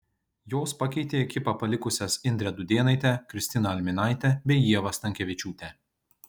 jos pakeitė ekipą palikusias indrę dudėnaitę kristiną alminaitę bei ievą stankevičiūtę